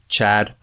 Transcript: chad